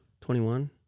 21